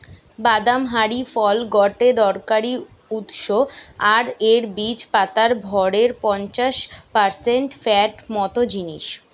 বাদাম হারি ফল গটে দরকারি উৎস আর এর বীজ পাতার ভরের পঞ্চাশ পারসেন্ট ফ্যাট মত জিনিস